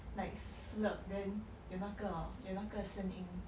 like slurp then 有那个有那个声音